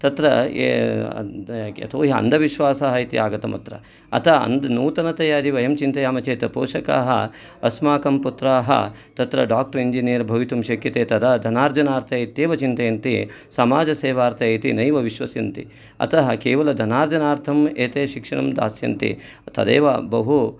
तत्र ये यतोहि अन्धविश्वासः इति आगतम् अत्र अत नूतनतया यदि वयं चिन्तयामः चेत् पोषकाः अस्माकं पुत्राः तत्र डाक्टर् इञ्जिनीयर् भवितुं शक्यते तदा धनार्जनार्थे इत्येव चिन्तयन्ति समाजसेवार्थे इति नैव विश्वसन्ति अतः केवलं धनार्जनार्थं एते शिक्षण दास्यन्ति तदैव बहु